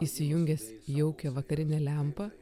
įsijungęs jaukią vakarinę lempą